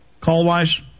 call-wise